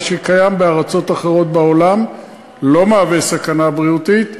מה שקיים בארצות אחרות בעולם ולא מהווה סכנה בריאותית,